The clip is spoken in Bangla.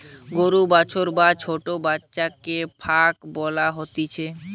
গরুর বাছুর বা ছোট্ট বাচ্চাকে কাফ বলা হতিছে